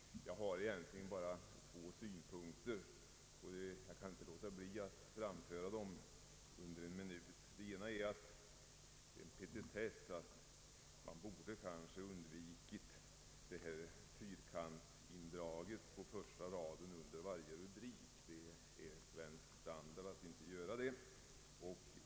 Jag har egentligen bara två synpunkter, och jag kan inte låta bli att under en minut framföra dem. Den ena är en petitess. Man borde ha undvikit fyrkantsindraget på första raden under varje rubrik. Det är svensk standard att inte göra ett sådant.